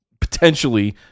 potentially